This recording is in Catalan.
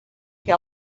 que